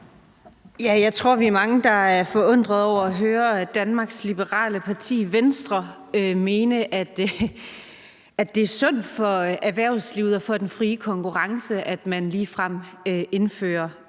Jeg tror, vi er mange, der er forundrede over at høre Venstre, Danmarks Liberale Parti, mene, at det er sundt for erhvervslivet og for den frie konkurrence, at man ligefrem indfører